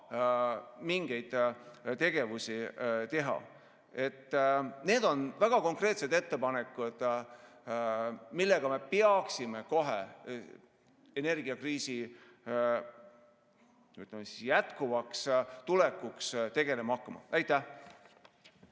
mingeid tegevusi teha. Need on väga konkreetsed ettepanekud, millega me peaksime kohe, valmistudes energiakriisi jätkumiseks, tegelema hakkama. Aitäh!